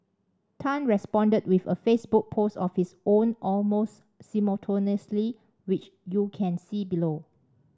tan responded with a Facebook post of his own almost simultaneously which you can see below